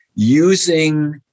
using